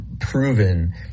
proven